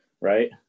right